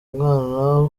mwana